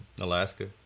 Alaska